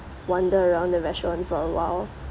wander around the restaurant for awhile